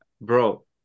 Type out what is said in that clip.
bro